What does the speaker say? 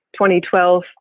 2012